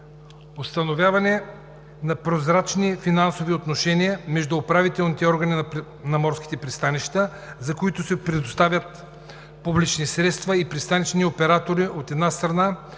установяване на прозрачни финансови отношения между управителните органи на морските пристанища, за които се предоставят публични средства и пристанищни оператори, от една страна,